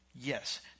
Yes